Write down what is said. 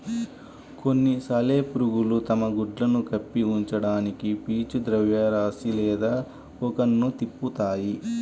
కొన్ని సాలెపురుగులు తమ గుడ్లను కప్పి ఉంచడానికి పీచు ద్రవ్యరాశి లేదా కోకన్ను తిప్పుతాయి